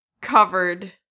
covered